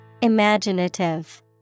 Imaginative